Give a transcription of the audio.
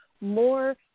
more